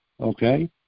Okay